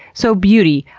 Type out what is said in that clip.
so, beauty,